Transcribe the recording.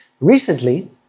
recently